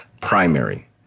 primary